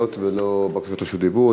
הסתייגויות ולא בקשות רשות דיבור.